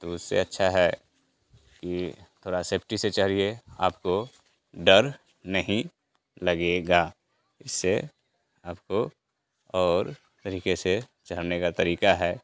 तो उससे अच्छा है कि थोड़ा सेफ़्टी से चढ़िए आपको डर नहीं लगेगा इससे आपको और तरीके से चढ़ने का तरीका है